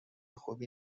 خوبی